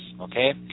okay